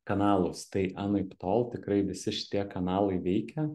kanalus tai anaiptol tikrai visi šitie kanalai veikia